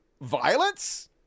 violence